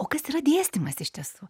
o kas yra dėstymas iš tiesų